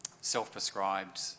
self-prescribed